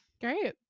great